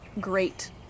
great